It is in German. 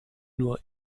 nur